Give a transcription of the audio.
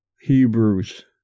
Hebrews